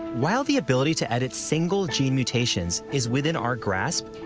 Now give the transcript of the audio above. while the ability to edit single-gene mutations is within our grasp,